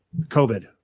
COVID